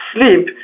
sleep